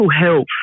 health